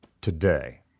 today